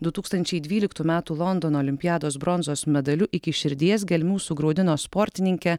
du tūkstančiai dvyliktų metų londono olimpiados bronzos medaliu iki širdies gelmių sugraudino sportininkę